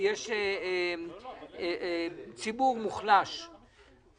ישיבת ועדת הכספים.